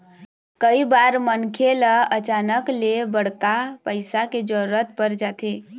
कइ बार मनखे ल अचानक ले बड़का पइसा के जरूरत पर जाथे